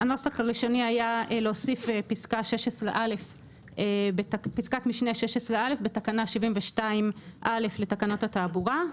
הנוסח הראשוני היה להוסיף פסקת משנה 16(א) בתקנה 72(א) לתקנות התעבורה.